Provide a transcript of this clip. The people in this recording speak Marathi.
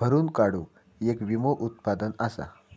भरून काढूक येक विमो उत्पादन असा